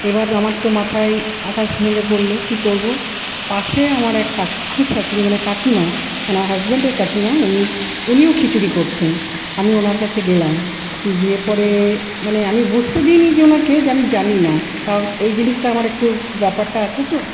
এবার আমার তো মাথায় আকাশ ভেঙ্গে পড়লো কি করবো পাশে আমার এক কাকি খুড়শাশুড়ি মানে কাকিমা মানে হাসবেন্ডের কাকিমা উনি উনিও খিচুড়ি করছেন আমি ওনার কাছে গেলাম গিয়ে পরে মানে আমি বুঝতে দি নি যে ওনাকে আমি জানি না কারণ এই জিনিসটা আমার একটু ব্যাপারটা আছে তো